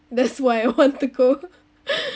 that's why I want to go